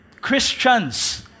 Christians